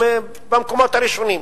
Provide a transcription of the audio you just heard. במקומות הראשונים.